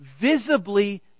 visibly